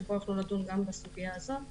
שבו אנחנו נדון גם בסוגיה הזאת.